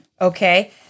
Okay